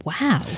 Wow